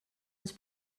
ens